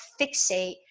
fixate